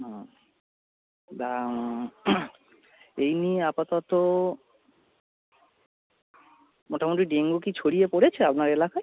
হুম এই নিয়ে আপাতত মোটামোটি ডেঙ্গু কি ছড়িয়ে পড়েছে আপনার এলাকায়